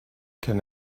can